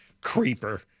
creeper